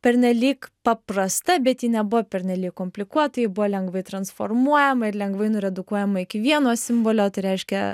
pernelyg paprasta bet ji nebuvo pernelyg komplikuota ji buvo lengvai transformuojama ir lengvai nuredukuojama iki vieno simbolio tai reiškia